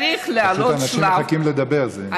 צריך לעלות שלב.